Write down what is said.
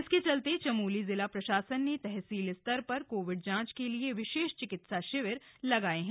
इसके चलते चमोली जिला प्रशासन ने तहसील स्तर पर कोविड जांच के लिए विशेष चिकित्सा शिविर लगाए हैं